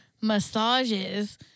massages